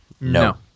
No